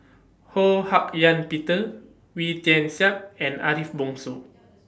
Ho Hak Ean Peter Wee Tian Siak and Ariff Bongso